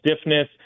stiffness